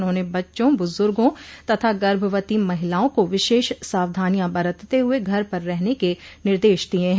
उन्होंने बच्चों बुजुर्गो तथा गर्भवती महिलाओं को विशेष सावधानियां बरतते हुए घर पर रहने के निर्देश दिये है